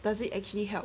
does it actually help